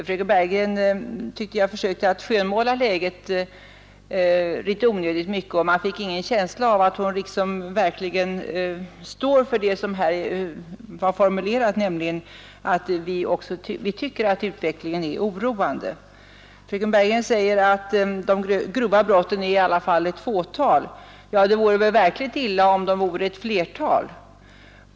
Fröken Bergegren försökte skönmåla läget onödigt mycket, och man fick ingen känsla av att hon verkligen står för den uppfattning som ändå kommit till uttryck, nämligen att vi tycker att utvecklingen är oroande. Fröken Bergegren säger att de grova brotten i alla fall utgör ett fåtal. Ja, det vore väl verkligen illa om de skulle vara ett flertal.